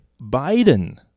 Biden